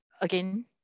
again